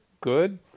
good